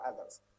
others